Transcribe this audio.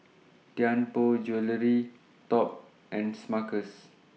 Tianpo Jewellery Top and Smuckers